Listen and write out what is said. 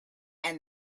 and